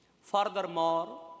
Furthermore